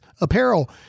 apparel